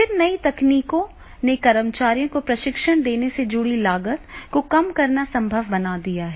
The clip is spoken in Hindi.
फिर नई तकनीकों ने कर्मचारियों को प्रशिक्षण देने से जुड़ी लागत को कम करना संभव बना दिया है